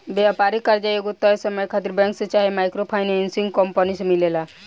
व्यापारिक कर्जा एगो तय समय खातिर बैंक से चाहे माइक्रो फाइनेंसिंग कंपनी से मिलेला